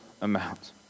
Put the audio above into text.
amount